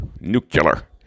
Nuclear